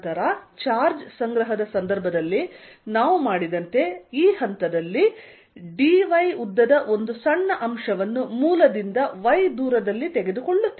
ನಂತರ ಚಾರ್ಜ್ ಸಂಗ್ರಹದ ಸಂದರ್ಭದಲ್ಲಿ ನಾವು ಮಾಡಿದಂತೆ ಈ ಹಂತದಲ್ಲಿ 'dy' ಉದ್ದದ ಒಂದು ಸಣ್ಣ ಅಂಶವನ್ನು ಮೂಲದಿಂದ y ದೂರದಲ್ಲಿ ತೆಗೆದುಕೊಳ್ಳುತ್ತೇನೆ